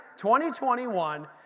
2021